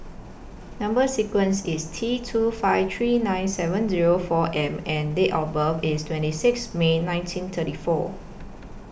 Number sequence IS T two five three nine seven Zero four M and Date of birth IS twenty six May nineteen thirty four